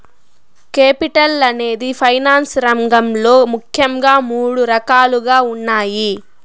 capital అనేది finance రంగంలో ముఖ్యంగా మూడు రకాలుగా ఉన్నాయి